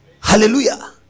Hallelujah